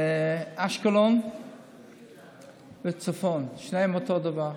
אשקלון והצפון, שניהם אותו הדבר,